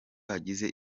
hagize